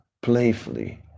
playfully